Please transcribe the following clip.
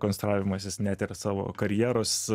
konstravimas jis net ir savo karjeros